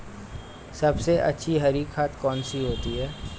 सबसे अच्छी हरी खाद कौन सी होती है?